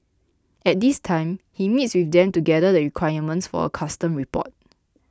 at this time he meets with them to gather the requirements for a custom report